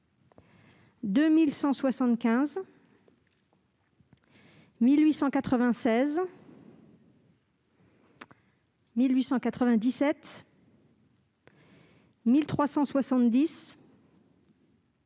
2175, 1896, 1897, 1370